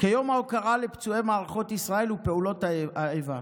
כיום ההוקרה לפצועי מערכות ישראל ופעולות האיבה,